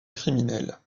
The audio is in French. criminelles